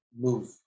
move